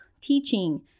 teaching